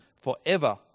forever